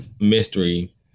Mystery